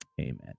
Amen